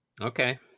Okay